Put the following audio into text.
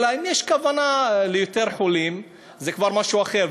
אלא אם כן יש כוונה ליותר חולים, זה כבר משהו אחר.